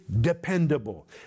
dependable